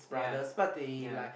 yeah yeah